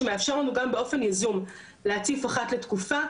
שמאפשר לנו גם באופן יזום להציף אחת לתקופה,